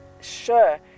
sure